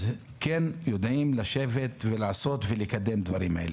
אז כן יודעים לשבת ולעשות ולקדם את הדברים האלה.